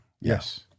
Yes